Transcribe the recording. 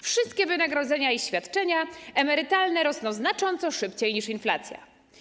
Wszystkie wynagrodzenia i świadczenia emerytalne rosną znacząco szybciej niż inflacja.